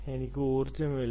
എനിക്ക് ഊർജ്ജമില്ല